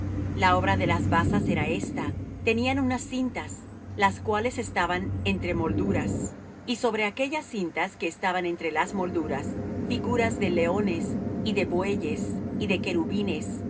la obra de las basas era esta tenían unas cintas las cuales estaban entre molduras y sobre aquellas cintas que estaban entre las molduras figuras de leones y de bueyes y de querubines